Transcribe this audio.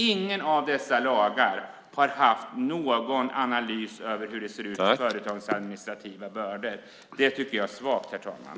Ingen av dessa lagar har haft någon analys av hur det ser ut i företagens administrativa bördor. Det tycker jag är svagt, herr talman.